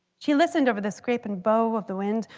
she listened over the scrape and bow of the wind,